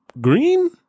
Green